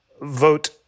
vote